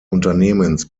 unternehmens